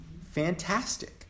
Fantastic